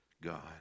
God